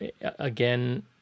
again